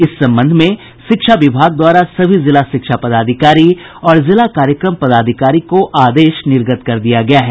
इस संबंध में शिक्षा विभाग द्वारा सभी जिला शिक्षा पदाधिकारी और जिला कार्यक्रम पदाधिकारी को आदेश निर्गत कर दिया गया है